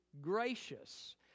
gracious